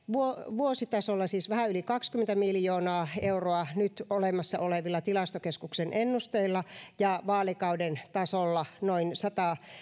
vuositasolla siis vähän yli kaksikymmentä miljoonaa euroa nyt olemassa olevilla tilastokeskuksen ennusteilla ja vaalikauden tasolla noin sata